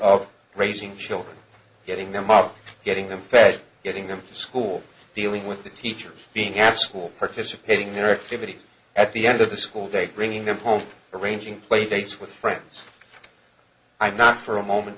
of raising children getting them up getting them fed getting them to school dealing with the teachers being have school participating narratively at the end of the school day bringing them home arranging play dates with friends i'm not for a moment